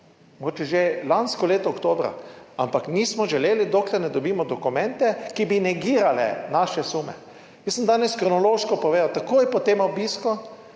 Mogoče že lansko leto oktobra, ampak nismo želeli, dokler ne dobimo dokumente, ki bi negirali naše sume. Jaz sem danes kronološko povedal takoj po tem obisku,